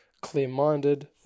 clear-minded